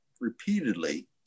repeatedly